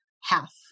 half